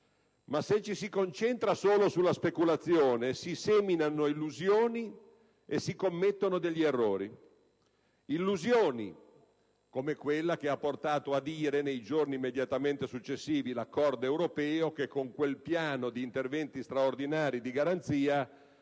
ma se ci si concentra solo sulla speculazione si seminano illusioni e si commettono degli errori. Illusioni, come quella che ha portato a dire, nei giorni immediatamente successivi l'accordo europeo, che con quel piano di interventi straordinari di garanzia